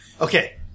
Okay